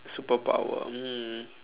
superpower um